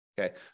Okay